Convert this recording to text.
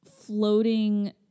floating